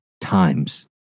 times